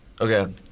Okay